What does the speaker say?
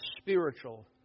spiritual